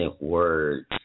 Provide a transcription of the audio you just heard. words